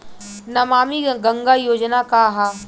नमामि गंगा योजना का ह?